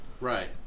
right